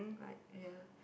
like ya